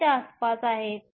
21 च्या आसपास आहे